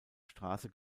straße